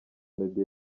meddy